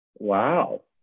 wow